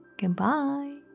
Goodbye